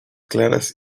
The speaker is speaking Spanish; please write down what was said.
claras